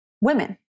women